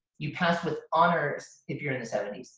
you pass with honors if you're in the seventy